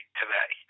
today